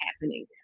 happening